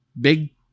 big